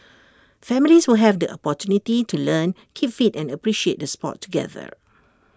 families will have the opportunity to learn keep fit and appreciate the Sport together